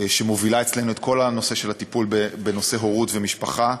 שמובילה אצלנו את כל הנושא של הטיפול בנושא הורות ומשפחה,